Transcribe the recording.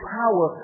power